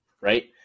right